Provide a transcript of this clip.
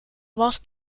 was